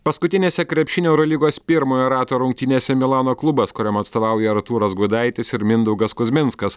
paskutinėse krepšinio eurolygos pirmojo rato rungtynėse milano klubas kuriam atstovauja artūras gudaitis ir mindaugas kuzminskas